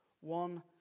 one